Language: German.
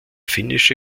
finnische